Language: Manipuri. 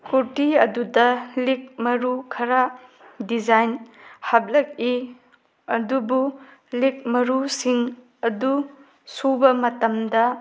ꯀꯨꯔꯇꯤ ꯑꯗꯨꯗ ꯂꯤꯛ ꯃꯔꯨ ꯈꯔ ꯗꯤꯖꯥꯏꯟ ꯍꯥꯞꯂꯛꯏ ꯑꯗꯨꯕꯨ ꯂꯤꯛ ꯃꯔꯨꯁꯤꯡ ꯑꯗꯨ ꯁꯨꯕ ꯃꯇꯝꯗ